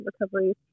recovery